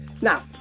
Now